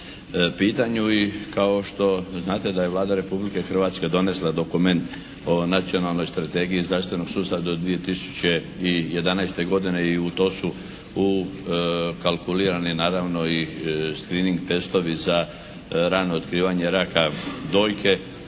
pitanju i kao što znate da je Vlada Republike Hrvatske donesla dokument o Nacionalnoj strategiji zdravstvenog sustava do 2011. godine i u to su ukalkulirani naravno i screening testovi za rano otkivanje raka dojke,